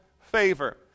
favor